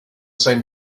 same